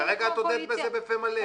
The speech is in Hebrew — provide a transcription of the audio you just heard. כרגע הודית בזה בפה מלא.